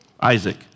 Isaac